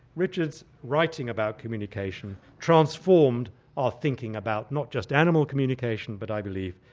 richard's writing about communication transformed our thinking about not just animal communication, but, i believe,